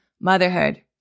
motherhood